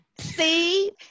See